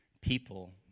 People